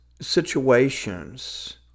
situations